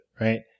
right